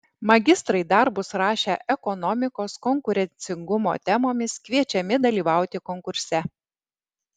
magistrai darbus rašę ekonomikos konkurencingumo temomis kviečiami dalyvauti konkurse